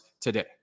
today